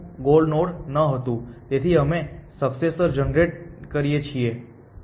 તેથી અમે successor generate કરીએ છીએ